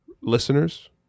listeners